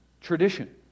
tradition